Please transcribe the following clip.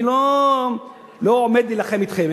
אני לא עומד להילחם אתכם.